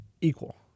equal